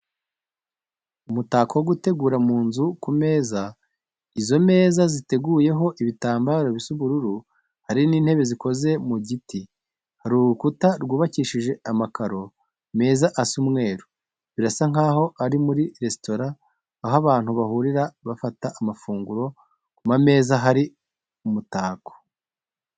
Umutako wo gutegura mu nzu ku mameza. Izo meza ziteguyeho ibitambaro bisa ubururu, hari n'intebe zikoze mu giti. Hari urukuta rwubakishije amakaro meza asa umweru, birasa nkaho ari muri resitora, aho abantu bahurira bafata amafunguro, ku mameza hari umutako.